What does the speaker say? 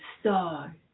star